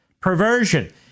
Perversion